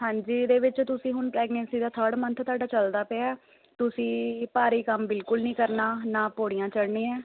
ਹਾਂਜੀ ਇਹਦੇ ਵਿੱਚ ਤੁਸੀਂ ਹੁਣ ਪ੍ਰੈਗਨੈਂਸੀ ਦਾ ਥਰਡ ਮੰਥ ਤੁਹਾਡਾ ਚਲਦਾ ਪਿਆ ਤੁਸੀਂ ਭਾਰੀ ਕੰਮ ਬਿਲਕੁਲ ਨਹੀਂ ਕਰਨਾ ਨਾ ਪੌੜੀਆਂ ਚੜਨੀਆਂ